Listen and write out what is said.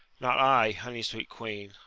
not i, honey-sweet queen.